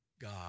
God